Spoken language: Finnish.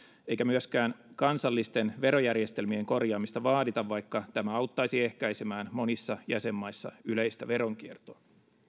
eikä myöskään kansallisten verojärjestelmien korjaamista vaadita vaikka tämä auttaisi ehkäisemään monissa jäsenmaissa yleistä veronkiertoa